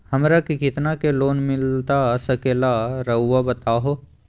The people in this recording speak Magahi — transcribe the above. हमरा के कितना के लोन मिलता सके ला रायुआ बताहो?